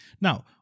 Now